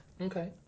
Okay